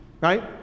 right